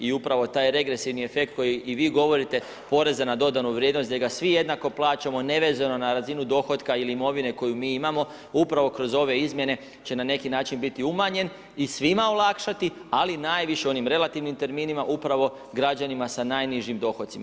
I upravo taj regresivni efekt koji i vi govorite poreza na dodanu vrijednost gdje ga svi jednako plaćamo nevezano na razinu dohotka ili imovine koju mi imamo upravo kroz ove izmjene će na neki način biti umanjen i svima olakšati ali najviše onim relativnim terminima upravo građanima sa najnižim dohocima.